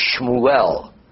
Shmuel